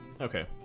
Okay